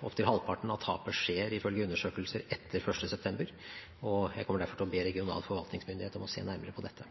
Opptil halvparten av tapet skjer ifølge undersøkelser etter 1. september, og jeg kommer derfor til å be regional forvaltningsmyndighet om å se nærmere på dette.